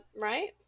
right